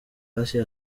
assia